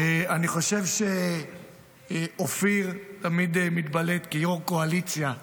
אני חושב שאופיר תמיד מתבלט כיו"ר קואליציה רציני,